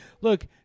Look